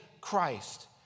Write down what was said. Christ